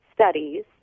studies